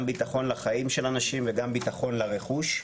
גם ביטחון לחיים של אנשים וגם ביטחון לרכוש.